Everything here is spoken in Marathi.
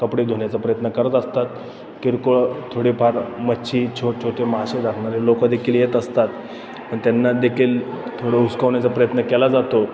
कपडे धुण्याचा प्रयत्न करत असतात किरकोळ थोडेफार मच्छी छोटे छोटे मासे धरणारे लोकं देखील येत असतात पण त्यांना देखील थोडं हुसकवण्याचा प्रयत्न केला जातो